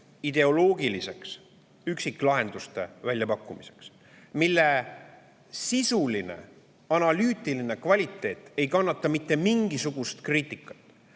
ärilis-ideoloogiline üksiklahenduste väljapakkumine, mille sisuline, analüütiline kvaliteet ei kannata mitte mingisugust kriitikat.